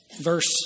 verse